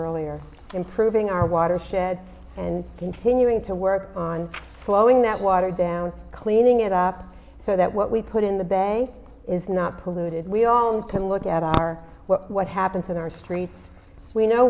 earlier improving our watershed and continuing to work on slowing that water down cleaning it up so that what we put in the bay is not polluted we all need to look at our what happens in our streets we know